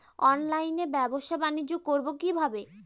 অনলাইনে ব্যবসা বানিজ্য করব কিভাবে?